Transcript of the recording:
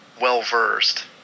well-versed